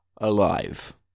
alive